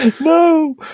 no